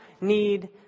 need